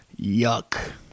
Yuck